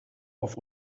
auf